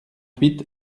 huit